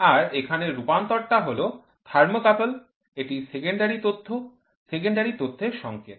আর এখানে রূপান্তর টা হল থার্মোকাপল এটি সেকেন্ডারি তথ্য সেকেন্ডারি তথ্যের সংকেত